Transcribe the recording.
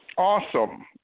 Awesome